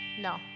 no